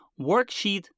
Worksheet